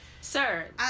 sir